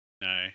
no